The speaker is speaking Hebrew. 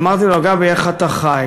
אמרתי לו: גבי, איך אתה חי?